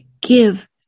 give